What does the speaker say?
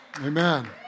Amen